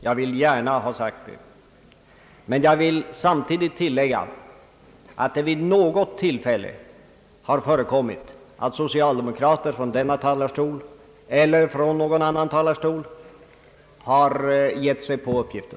Jag vill gärna ha sagt det, men jag vill samtidigt tillägga att det vid något tillfälle har förekommit att socialdemokrater i denna talarstol eller i någon annan talarstol har gett sig på den uppgiften.